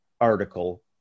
article